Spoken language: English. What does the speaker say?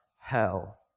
hell